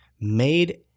made